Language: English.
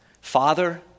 Father